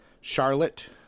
Charlotte